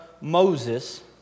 Moses